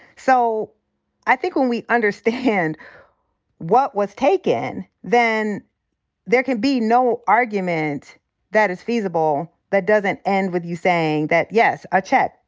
so i think when we understand what was taken, then there can be no argument that is feasible that doesn't end with you saying that, yes, a check.